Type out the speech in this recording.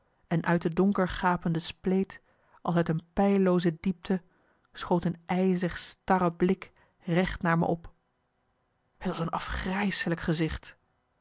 en uit de donker gapende spleet als uit eene peillooze diepte schoot een ijzig starre blik recht naar me op t was een afgrijselijk gezicht